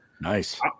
nice